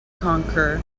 conquer